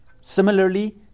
similarly